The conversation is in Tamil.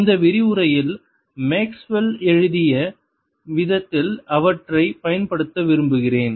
இந்த விரிவுரையில் மேக்ஸ்வெல்Maxwell's எழுதிய விதத்தில் அவற்றைப் பயன்படுத்த விரும்புகிறேன்